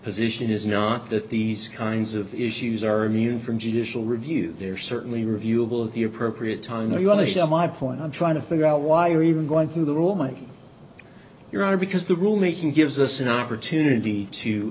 position is not that these kinds of issues are immune from judicial review they're certainly reviewable the appropriate time that you want to share my point i'm trying to figure out why you're even going through the rule mike your honor because the rule making gives us an opportunity to